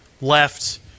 left